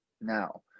now